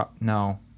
no